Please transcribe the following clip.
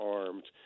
armed